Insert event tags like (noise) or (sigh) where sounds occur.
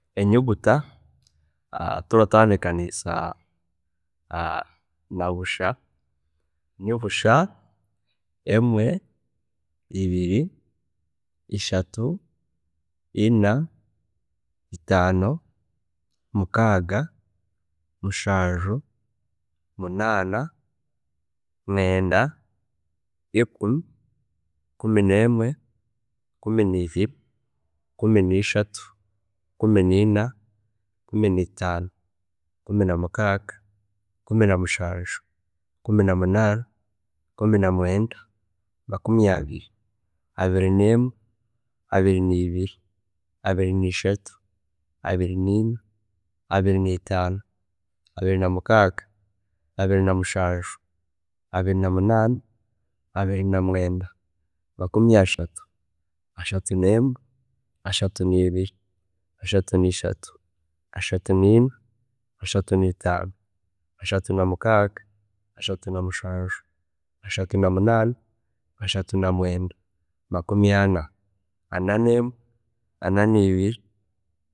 Enyuguta (hesitation) turatandikaniisa na busha, (hesitation) nibusha, emwe, ibiri, ishatu, ina, itaano, mukaaga, mushanju, munaana, mwenda ikumi, ikumi nemwe, ikumi neibiri, ikumi neishatu, ikumi niina, ikumi neitaana, ikumi namukaaga, ikumi namushanju, ikumi namunaana, ikumi namwenda makumi abiri, abiri nemwe, abiri neibiri, abiri neishatu, abiri neina, abiri neitaano, abiri namukaaga, abiri, namushanju, abiri namunaana, abir namwenda makumi ashatu, ashatu nemwe, ashatu neibiri, ashatu neishatu, ashatu neina, ashatu neitaano, ashatu namukaaga, ashatu namushanju, ashatu namunaana, ashatu namwenda, ana, ana nemwe, ana neibiri.